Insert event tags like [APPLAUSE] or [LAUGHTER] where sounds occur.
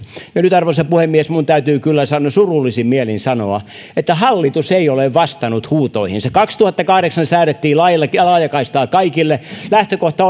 ja nyt arvoisa puhemies minun täytyy kyllä surullisin mielin sanoa että hallitus ei ole vastannut huutoihinsa kaksituhattakahdeksan säädettiin lailla laajakaistaa kaikille lähtökohta [UNINTELLIGIBLE]